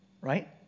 Right